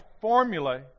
formula